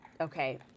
okay